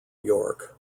york